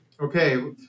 Okay